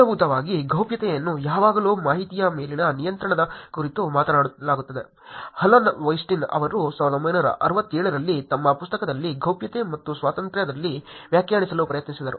ಮೂಲಭೂತವಾಗಿ ಗೌಪ್ಯತೆಯನ್ನು ಯಾವಾಗಲೂ ಮಾಹಿತಿಯ ಮೇಲಿನ ನಿಯಂತ್ರಣದ ಕುರಿತು ಮಾತನಾಡಲಾಗುತ್ತದೆ ಅಲನ್ ವೆಸ್ಟಿನ್ ಅವರು 1967 ರಲ್ಲಿ ತಮ್ಮ ಪುಸ್ತಕದಲ್ಲಿ ಗೌಪ್ಯತೆ ಮತ್ತು ಸ್ವಾತಂತ್ರ್ಯದಲ್ಲಿ ವ್ಯಾಖ್ಯಾನಿಸಲು ಪ್ರಯತ್ನಿಸಿದರು